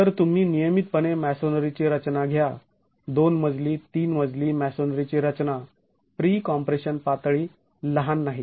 तर तुम्ही नियमितपणे मॅसोनरीची रचना घ्या २ मजली ३ मजली मॅसोनरी रचना प्री कॉम्प्रेशन पातळी लहान नाही